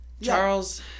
Charles